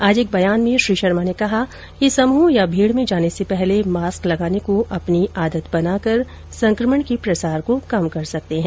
आज एक बयान में श्री शर्मा ने कहा कि समूह या भीड़ में जाने से पहले मास्क लगाने को अपनी आदत बनाकर संक्रमण के प्रसार को कम कर सकते हैं